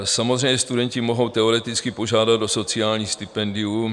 Samozřejmě studenti mohou teoreticky požádat o sociální stipendium.